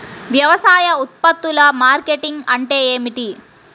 వ్యవసాయ ఉత్పత్తుల మార్కెటింగ్ అంటే ఏమిటి?